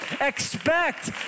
expect